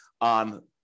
on